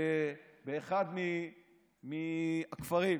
באחד מהכפרים.